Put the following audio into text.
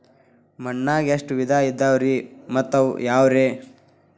ಮಣ್ಣಾಗ ಎಷ್ಟ ವಿಧ ಇದಾವ್ರಿ ಮತ್ತ ಅವು ಯಾವ್ರೇ?